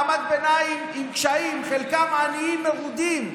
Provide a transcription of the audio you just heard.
חלקם מעמד ביניים עם קשיים, חלקם עניים מרודים.